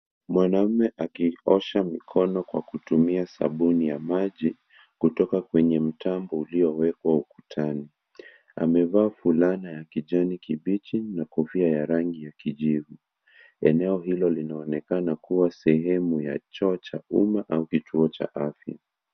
Mwanaume akiosha mikono kwa kutumia sabuni ya maji kutoka kwenye mtambo uliowekwa ukutani. Amevaa fulana ya kijani kibichi na kofia ya rangi ya kijivu. Eneo hilo linaonekana kuwa sehemu ya choo cha umma au kituo cha afya.